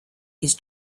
his